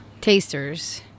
tasters